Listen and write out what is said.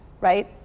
right